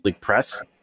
press